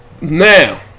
Now